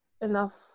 enough